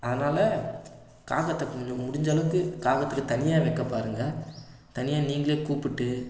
அதனால காகத்துக்கு கொஞ்சம் முடிஞ்சளவுக்கு காகத்துக்கு தனியாக வைக்க பாருங்க தனியாக நீங்களே கூப்பிட்டு